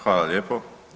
Hvala lijepo.